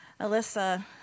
Alyssa